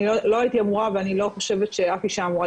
אני לא הייתי אמורה ואני לא חושבת שאף אישה אמורה